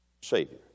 Savior